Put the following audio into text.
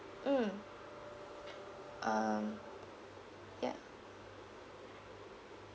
mm um yeah